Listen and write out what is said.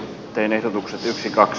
teen ehdotuksen sissikaks